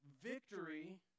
victory